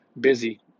busy